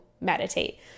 meditate